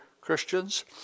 Christians